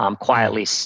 quietly